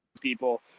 people